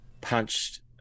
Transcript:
punched